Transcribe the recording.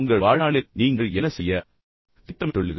உங்கள் வாழ்நாளில் நீங்கள் என்ன செய்ய திட்டமிட்டுள்ளீர்கள்